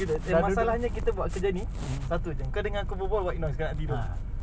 eh masalahnya kita buat kerja ni satu jam kau dengan aku berbual awhile lu~ sekarang nak tidur